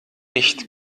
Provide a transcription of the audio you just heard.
nicht